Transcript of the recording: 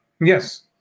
Yes